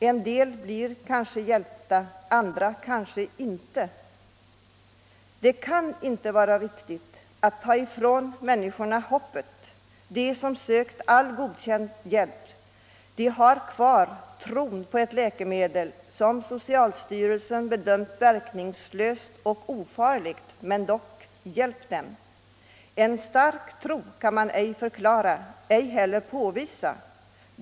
En del blir synbarligen hjälpta av visst läkemedel. Det kan inte vara riktigt att ta ifrån dessa människor hoppet. De har tidigare sökt all ”godkänd” hjälp. Vad de har kvar är tron på ett läkemedel som socialstyrelsen bedömt verkningslöst och ofarligt men som dock hjälpt dem. En stark tro och dess verkan kan man inte förklara, ej heller påvisa.